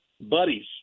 buddies